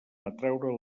atraure